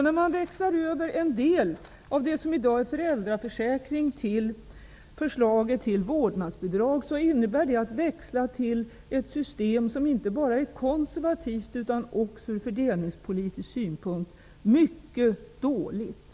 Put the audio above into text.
När man växlar över en del av det som i dag är föräldraförsäkring till förslag till vårdnadsbidrag innebär det att man växlar över till ett system som inte bara är konservativt utan också ur fördelningspolitisk synpunkt mycket dåligt.